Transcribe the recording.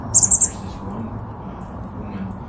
fact, there's this one women